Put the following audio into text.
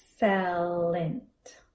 excellent